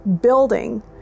building